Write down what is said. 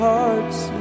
Hearts